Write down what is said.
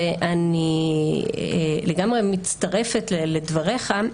ואני לגמרי מצטרפת לדבריך,